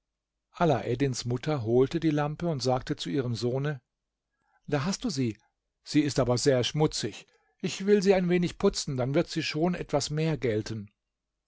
alaeddins mutter holte die lampe und sagte zu ihrem sohne da hast du sie sie ist aber sehr schmutzig ich will sie ein wenig putzen dann wird sie schon etwas mehr gelten